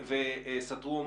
וסתרו,